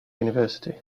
university